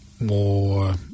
more